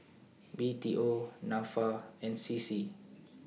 B T O Nafa and C C